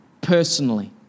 personally